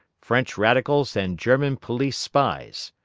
french radicals and german police-spies.